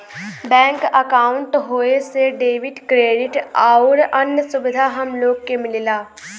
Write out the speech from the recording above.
bank अंकाउट होये से डेबिट, क्रेडिट आउर अन्य सुविधा हम लोग के मिलला